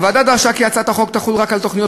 הוועדה דרשה כי הצעת החוק תחול רק על תוכניות